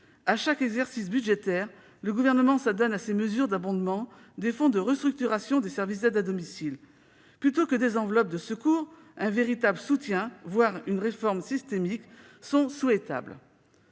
à chaque exercice budgétaire, le Gouvernement prend des mesures d'abondement des fonds de restructuration des services d'aide à domicile. Plutôt que d'« enveloppes de secours », un véritable soutien, voire une réforme systémique, est souhaitable.